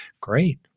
great